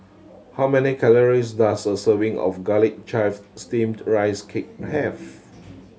how many calories does a serving of Garlic Chives Steamed Rice Cake have